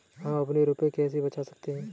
हम अपने रुपये कैसे बचा सकते हैं?